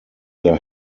their